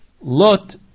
Lot